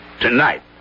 Tonight